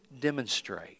demonstrate